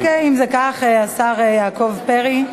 אוקיי, אם זה כך, השר יעקב פרי,